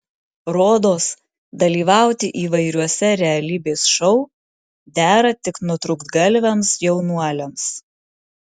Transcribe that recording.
rodos dalyvauti įvairiuose realybės šou dera tik nutrūktgalviams jaunuoliams